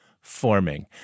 forming